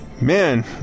Man